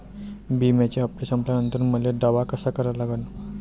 बिम्याचे हप्ते संपल्यावर मले दावा कसा करा लागन?